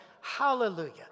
Hallelujah